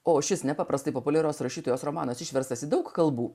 o šis nepaprastai populiarios rašytojos romanas išverstas į daug kalbų